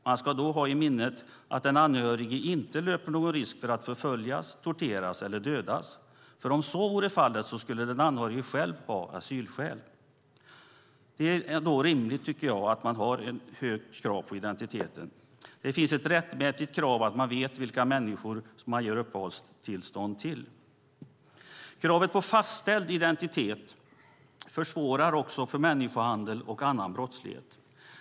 Man ska då ha i minnet att den anhörige inte löper någon risk att förföljas, torteras eller dödas. Om så var fallet skulle ju den anhörige själv ha asylskäl. Det är då rimligt att man har ett högt krav på identiteten. Det finns ett rättmätigt krav att man ska veta vilka människor man ger uppehållstillstånd till. Kravet på fastställd identitet försvårar för människohandel och annan brottslighet.